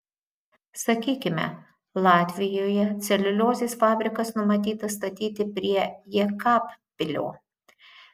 sakykime latvijoje celiuliozės fabrikas numatytas statyti prie jekabpilio